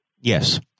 yes